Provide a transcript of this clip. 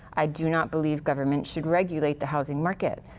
i do not believe government should regulate the housing market.